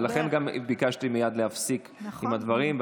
ולכן גם ביקשתי מייד להפסיק עם הדברים,